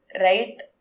right